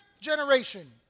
generation